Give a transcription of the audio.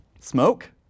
smoke